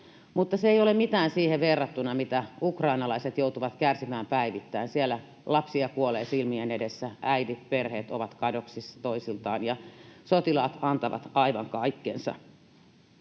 Mutta se ei ole mitään siihen verrattuna, mitä ukrainalaiset joutuvat kärsimään päivittäin. Siellä lapsia kuolee silmien edessä, äidit, perheet, ovat kadoksissa toisiltaan, ja sotilaat antavat aivan kaikkensa.